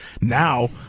Now